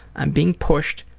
i'm being pushed,